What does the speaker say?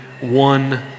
one